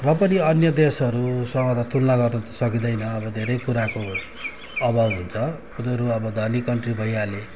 र पनि अन्य देशहरूसँग त तुलना गर्न सकिँदैन अब धेरै कुराको अभाव हुन्छ उनीहरू अब धनी कन्ट्री भइहाले